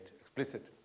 explicit